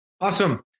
Awesome